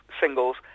singles